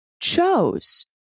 chose